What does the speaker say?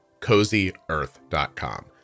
cozyearth.com